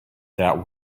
that